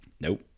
nope